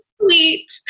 sweet